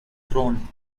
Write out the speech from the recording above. throne